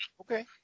Okay